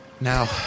Now